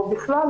או בכלל,